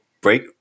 break